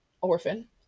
orphan